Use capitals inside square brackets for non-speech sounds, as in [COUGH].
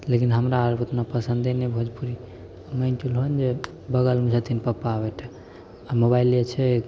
लेकिन हमरा आरके ओतना पसंदे नहि भोजपुरी [UNINTELLIGIBLE] बगलमे छथिन पप्पा बैठल आ मोबाइले छै